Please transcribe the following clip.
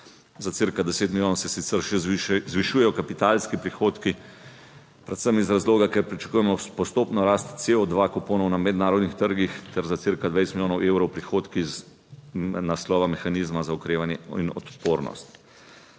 za cirka 10 milijonov se sicer še zvišujejo kapitalski prihodki, predvsem iz razloga, ker pričakujemo postopno rast CO2 kuponov na mednarodnih trgih ter za cirka 20 milijonov evrov. Prihodki iz naslova mehanizma za okrevanje in odpornost.